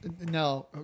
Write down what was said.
No